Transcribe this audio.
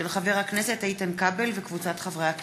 של חבר הכנסת איתן כבל וקבוצת חברי הכנסת.